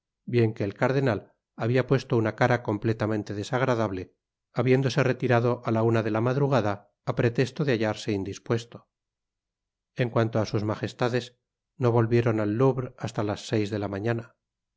bien que el cardenal habia puesto una cara completamente desagrad able habiéndose retirado á la una de la madrugada á pretesto de hallarse indispuesto en cuanto á sus majestades no volvieron al louvre hasta las seis de la mañana